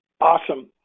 awesome